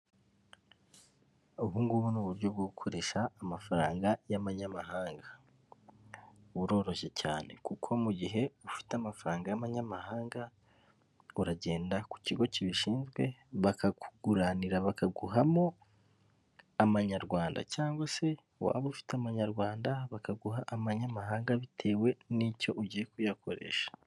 Ubugubu ni uburyo bwo gukoresha amafaranga y'abanyamahanga, buroroshye cyane kuko mu gihe ufite amafaranga y'abanyamahanga, uragenda ku kigo kibishinzwe bakakuguranira bakaguhamo amanyarwanda cyangwa se waba ufite amanyarwanda bakaguha amanyamahanga bitewe n'icyo ugiye kuyakoresha.